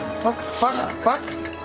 fuck, fuck, fuck.